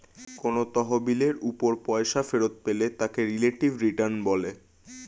কোন তহবিলের উপর পয়সা ফেরত পেলে তাকে রিলেটিভ রিটার্ন বলে